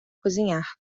cozinhar